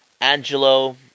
Angelo